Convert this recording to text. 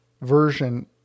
version